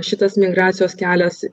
šitas migracijos kelias